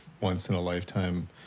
once-in-a-lifetime